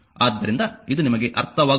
ಆದ್ದರಿಂದ ಇದು ನಿಮಗೆ ಅರ್ಥವಾಗುತ್ತದೆ